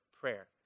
prayer